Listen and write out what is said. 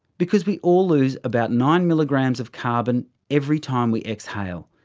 because we all lose about nine milligrams of carbon every time we exhale.